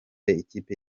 ikipe